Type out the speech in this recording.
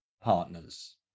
partners